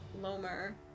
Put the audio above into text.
Lomer